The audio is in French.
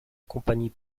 compagnie